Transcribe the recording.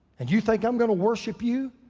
and you think i'm gonna worship you?